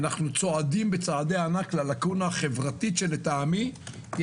אנחנו צועדים בצעדי ענק ללקונה חברתית שלטעמי היא